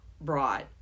brought